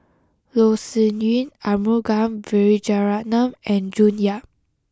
Loh Sin Yun Arumugam Vijiaratnam and June Yap